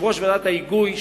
יושב-ראש ועדת ההיגוי,